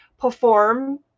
perform